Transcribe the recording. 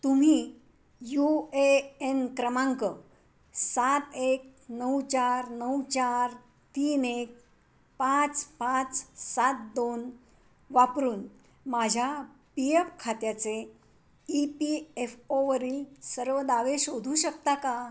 तुम्ही U A N क्रमांक सात एक नऊ चार नऊ चार तीन एक पाच पाच सात दोन वापरून माझ्या पी एफ खात्याचे ई पी एफ ओवरील सर्व दावे शोधू शकता का